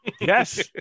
yes